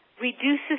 reduces